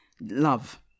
love